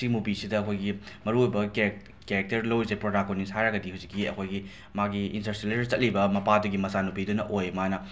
ꯁꯤ ꯃꯨꯕꯤꯁꯤꯗ ꯑꯩꯈꯣꯏꯒꯤ ꯃꯔꯨꯑꯣꯏꯕ ꯀꯦꯔꯦꯛ ꯀꯦꯔꯦꯛꯇꯔ ꯂꯧꯔꯤꯁꯦ ꯄ꯭ꯔꯣꯇꯥꯒꯣꯅꯤꯁ ꯍꯥꯏꯔꯒꯗꯤ ꯍꯧꯖꯤꯛꯀꯤ ꯑꯩꯈꯣꯏꯒꯤ ꯃꯥꯒꯤ ꯏꯟꯇꯔꯁ꯭ꯇꯦꯂꯔ ꯆꯠꯂꯤꯕ ꯃꯄꯥꯗꯨꯒꯤ ꯃꯆꯥꯅꯨꯄꯤꯗꯨꯅ ꯑꯣꯏ ꯃꯥꯅ